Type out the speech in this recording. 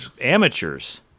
Amateurs